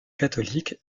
catholique